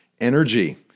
energy